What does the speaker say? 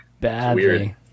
badly